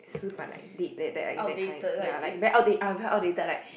死板 dead that that in that kind ya like very outdate very outdated like